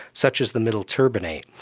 such as the middle turbinate,